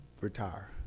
retire